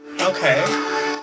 Okay